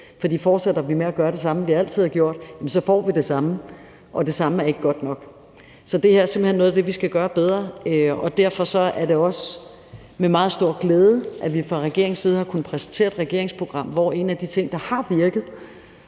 For fortsætter vi med at gøre det, vi altid har gjort, så får vi det samme, og det samme er ikke godt nok. Så det her er simpelt hen noget af det, vi skal gøre bedre, og derfor er det også med meget stor glæde, at vi fra regeringens side har kunnet præsentere et regeringsprogram, hvor vi i forhold til en af de ting, der har virket,